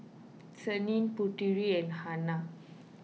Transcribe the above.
Senin Putri and Hana